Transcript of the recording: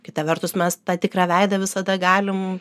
kita vertus mes tą tikrą veidą visada galim